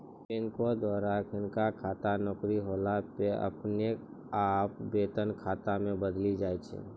बैंको द्वारा अखिनका खाता नौकरी होला पे अपने आप वेतन खाता मे बदली जाय छै